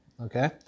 Okay